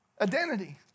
Identity